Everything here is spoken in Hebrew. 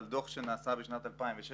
על דוח שנעשה בשנת 2016